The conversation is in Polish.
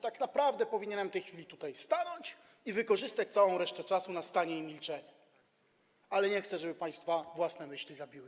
Tak naprawdę powinienem w tej chwili tutaj stanąć i wykorzystać całą resztę czasu na stanie i milczenie, ale nie chcę, żeby państwa własne myśli zabiły.